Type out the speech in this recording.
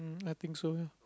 I think so ya